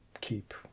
keep